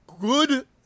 good